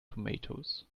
tomatoes